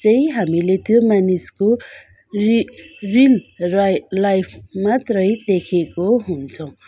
चाहिँ हामीले त्यो मानिसको रि रिल राइ लाइफ मात्रै देखेको हुन्छौँ